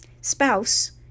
spouse